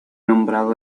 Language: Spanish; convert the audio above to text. nombrado